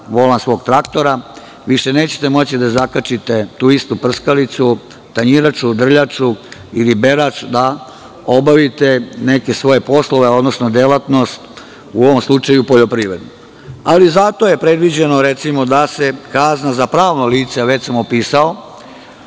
volan svog traktora, više nećete moći da zakačite tu istu prskalicu, tanjiraču, drljaču, ili berač, da obavite neke svoje poslove, odnosno delatnost, u ovom slučaju poljoprivrednu. Ali, zato je predviđeno, recimo da se kazna za pravno lice, da je